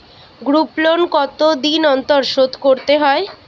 Group loan কতদিন অন্তর শোধকরতে হয়?